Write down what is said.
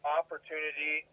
opportunity